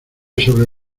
sobre